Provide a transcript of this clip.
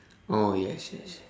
oh yes yes